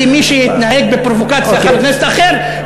כי מי שהתנהג בפרובוקציה הוא חבר כנסת אחר,